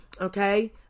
Okay